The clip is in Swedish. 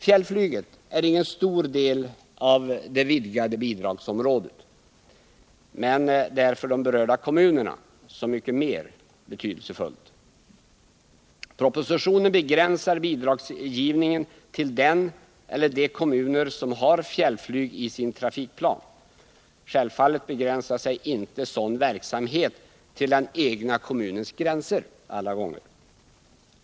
Fjällflyget är ingen stor del av det vidgade bidragsområdet. Men det är för berörda kommuner så mycket mer betydelsefullt. Propositionen begränsar bidragsgivningen till den eller de kommuner som har fjällflyg i sin trafikplan. Självfallet begränsar sig inte sådan verksamhet alla gånger till den egna kommunens område.